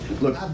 Look